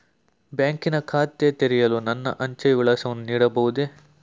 ಬ್ಯಾಂಕಿನ ಖಾತೆ ತೆರೆಯಲು ನನ್ನ ಅಂಚೆಯ ವಿಳಾಸವನ್ನು ನೀಡಬಹುದೇ?